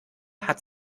hat